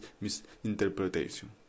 misinterpretation